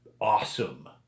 awesome